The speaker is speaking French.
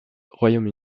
royaume